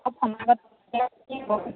সমাজত